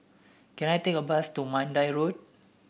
can I take a bus to Mandai Road